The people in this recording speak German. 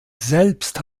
selbst